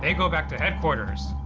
ah go back to headquarters,